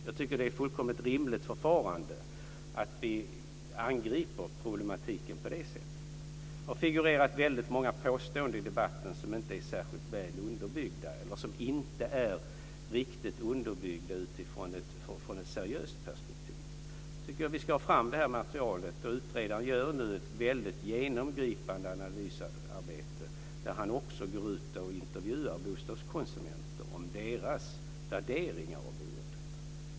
Jag tycker att det är ett fullkomligt rimligt förfarande att vi angriper problemen på det sättet. Det har figurerat väldigt många påståenden i debatten som inte är riktigt underbyggda i ett seriöst perspektiv. Jag tycker att vi ska ta fram det här materialet. Utredaren gör nu ett väldigt genomgripande analysarbete där han också går ut och intervjuar bostadskonsumenter om deras värderingar av boendet.